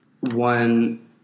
one